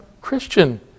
Christian